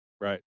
Right